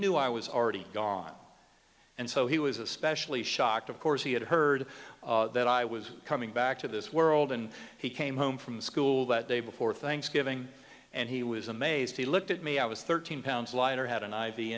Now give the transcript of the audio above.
knew i was already gone and so he was especially shocked of course he had heard that i was coming back to this world and he came home from school that day before thanksgiving and he was amazed he looked at me i was thirteen pounds lighter had an i